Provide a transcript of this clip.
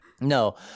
No